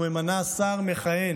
וממנה שר מכהן,